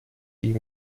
die